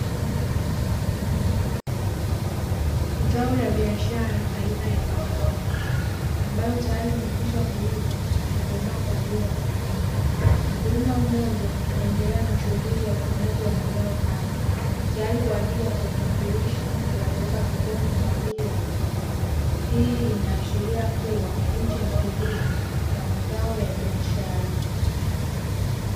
Zao la biashara aina ya kahawa ambalo tayari limekwisha kuiva na kukomaa kwajili ya kuvunwa, mkulima mmoja anaendelea na shughuli ya uvunaji wa mazao hayo tayari kwajili ya kuyasafirisha na kuyapeleka sokoni kwajili ya kuuza, hii ina ashiria kuwa hichi ni kilimo kwajili ya mazao ya biashara.